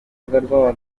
binaterwa